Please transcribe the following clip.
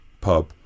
pub